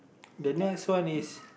the next one is